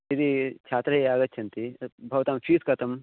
यदि छात्राः आगच्छन्ति भवतां फ़ीस् कथम्